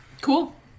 Cool